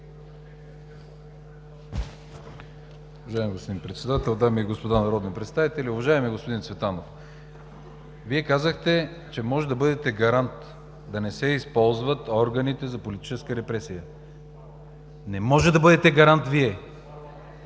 Вие казахте, че можете да бъдете гарант да не се използват органите за политическа репресия. Не можете да бъдете гарант Вие!